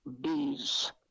bees